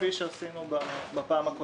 כפי שעשינו בפעם הקודמת.